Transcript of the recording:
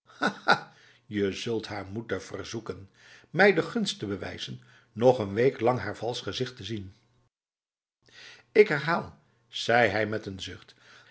je zult haar moeten verzoeken mij de gunst te bewijzen nog een week lang haar vals gezicht te zienf ik herhaal zei hij met een zucht